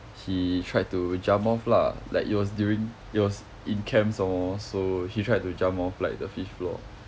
he tried to jump off lah like it was during it was in camp some more so he tried to jump off like the fifth floor